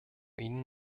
ihnen